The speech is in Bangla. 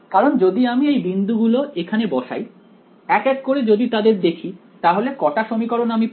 কারণ যদি আমি এই বিন্দুগুলো এখানে বসাই এক এক করে যদি তাদের দেখি তাহলে কটা সমীকরণ আমি পাব